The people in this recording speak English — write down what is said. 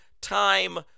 time